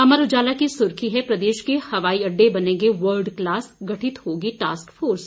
अमर उजाला की सुर्खी है प्रदेश के हवाई अडंडे बनेंगे वर्ल्ड क्लास गठित होगी टास्क फोर्स